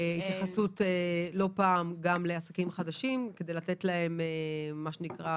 - גם לעסקים חדשים כדי לתת להם גרייס,